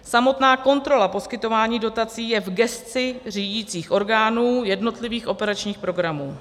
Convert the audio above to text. Samotná kontrola poskytování dotací je v gesci řídicích orgánů jednotlivých operačních programů.